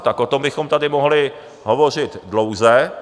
O tom bychom tady mohli hovořit dlouze.